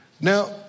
Now